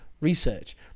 research